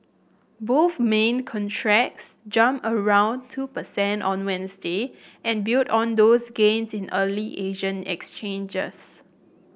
both main contracts jumped around two percent on Wednesday and built on those gains in early Asian exchanges